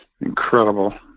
incredible